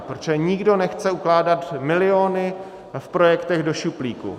Protože nikdo nechce ukládat miliony v projektech do šuplíku.